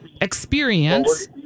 experience